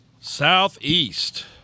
Southeast